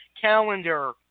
calendar